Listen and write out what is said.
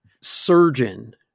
surgeon